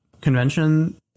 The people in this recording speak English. convention